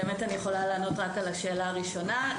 באמת אני יכולה לענות רק על השאלה הראשונה.